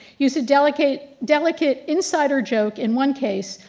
use a delicate delicate insider joke in one case,